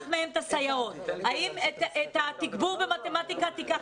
האם תיקח את התגבור במתמטיקה.